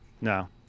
No